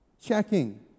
checking